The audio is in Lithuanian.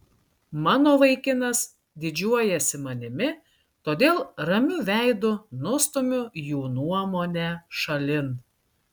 mano vaikinas didžiuojasi manimi todėl ramiu veidu nustumiu jų nuomonę šalin